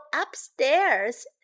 upstairs